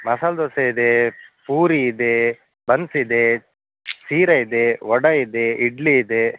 ಮಸಾಲ ದೋಸೆ ಇದೆ ಪೂರಿ ಇದೆ ಬನ್ಸ್ ಇದೆ ಸೀರ ಇದೆ ವಡ ಇದೆ ಇಡ್ಲಿ ಇದೆ